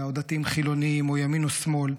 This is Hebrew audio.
או דתיים חילונים או ימין או שמאל,